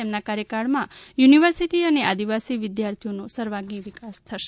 તેમના કાર્યકાળમા યુનિવર્સિટી અને આદિવાસી વિદ્યાર્થીઓનો સર્વાંગી વિકાસ થશે